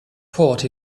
port